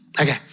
Okay